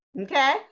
Okay